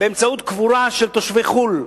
באמצעות קבורה של תושבי חוץ-לארץ.